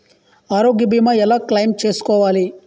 ఆరోగ్య భీమా ఎలా క్లైమ్ చేసుకోవాలి?